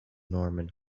norman